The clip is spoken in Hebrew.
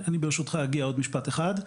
ברשותך, אגיע לזה בעוד משפט אחד.